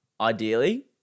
ideally